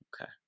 Okay